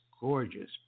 gorgeous